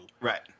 Right